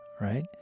right